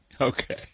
okay